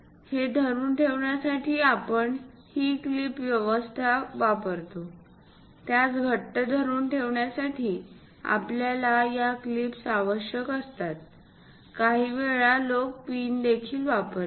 हे धरून ठेवण्यासाठी आपण ही क्लिप व्यवस्था वापरतो त्यास घट्ट धरून ठेवण्यासाठी आपल्याला या क्लिप्स आवश्यक असतात काहीवेळा लोक पिन देखील वापरतात